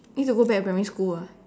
need to go back primary school ah